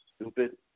stupid